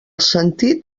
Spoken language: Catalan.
sentit